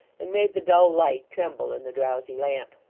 and made the dull light tremble in the drowsy lamp.